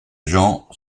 gens